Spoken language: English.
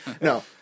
No